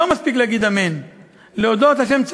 לא מספיק להגיד "אמן"; להודות להשם,